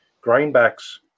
greenbacks